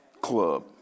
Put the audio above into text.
Club